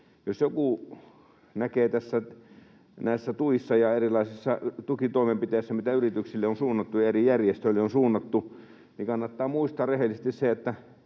Jos joku näkee moittimista näissä tuissa ja erilaisissa tukitoimenpiteissä, mitä yrityksille on suunnattu ja eri järjestöille on suunnattu, niin kannattaa muistaa rehellisesti se,